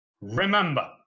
Remember